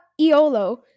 iolo